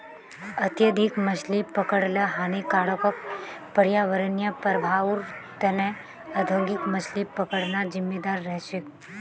अत्यधिक मछली पकड़ ल हानिकारक पर्यावरणीय प्रभाउर त न औद्योगिक मछली पकड़ना जिम्मेदार रह छेक